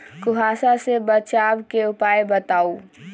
कुहासा से बचाव के उपाय बताऊ?